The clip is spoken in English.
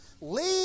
leave